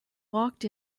walked